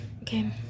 okay